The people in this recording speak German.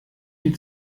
die